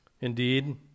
Indeed